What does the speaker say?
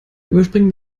überspringen